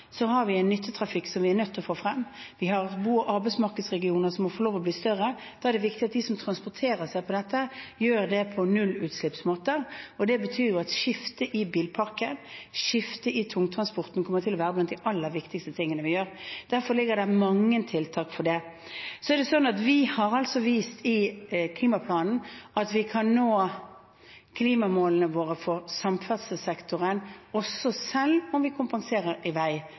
har vi en nyttetrafikk som vi er nødt til å få frem. Vi har bo- og arbeidsmarkedsregioner som må få lov til å bli større. Da er det viktig at de som transporterer oppe i dette, gjør det på nullutslippsmåter. Det betyr at skiftet i bilparken, skiftet i tungtransporten, kommer til å være blant det aller viktigste vi gjør. Derfor ligger det inne mange tiltak for det. Vi har i klimaplanen vist at vi kan nå klimamålene våre for samferdselssektoren også selv om vi i veiavgiften kompenserer for endringer i